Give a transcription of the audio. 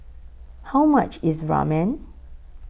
How much IS Ramen